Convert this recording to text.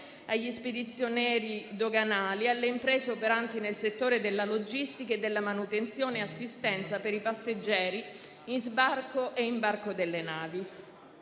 agli spedizionieri doganali, alle imprese operanti nel settore della logistica e della manutenzione e assistenza per i passeggeri in sbarco e imbarco delle navi.